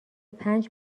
پنج